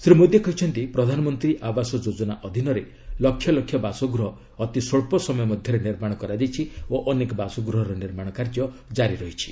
ଶ୍ରୀ ମୋଦି କହିଛନ୍ତି ପ୍ରଧାନମନ୍ତ୍ରୀ ଆବାସ ଯୋଜନା ଅଧୀନରେ ଲକ୍ଷ ଲକ୍ଷ ବାସଗୃହ ଅତି ସ୍ୱଚ୍ଚ ସମୟ ମଧ୍ୟରେ ନିର୍ମାଣ କରାଯାଇଛି ଓ ଅନେକ ବାସଗୃହର ନିର୍ମାଣ କାର୍ଯ୍ୟ ଜାରି ରହିଛି